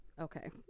Okay